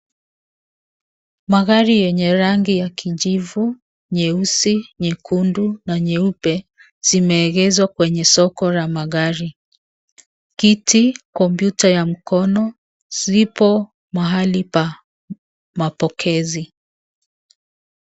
Magari yenye rangi ya kijivu, nyeusi, nyekundu na nyeupe zimeegeshwa kwenye soko la magari. Kiti, kompyuta ya mkono zipo mahali pa mapokezi.